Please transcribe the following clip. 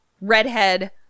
redhead